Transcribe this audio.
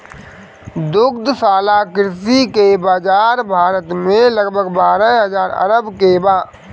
दुग्धशाला कृषि के बाजार भारत में लगभग बारह हजार अरब के बा